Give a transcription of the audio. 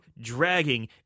dragging